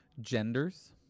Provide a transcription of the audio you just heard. genders